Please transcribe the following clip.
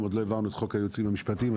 לא העברנו את חוק הייעוצים המשפטיים,